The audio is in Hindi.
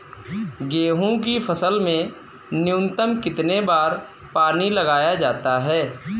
गेहूँ की फसल में न्यूनतम कितने बार पानी लगाया जाता है?